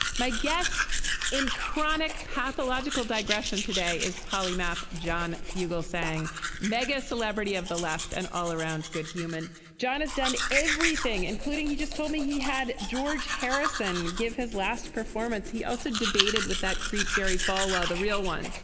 my guest in chronic pathological digression today is polymath john fugelsang mega celebrity of the left and all around good human john has done everything including he just told me he had george harrison give his last performance he also debated with that creep jerry falwell the real one.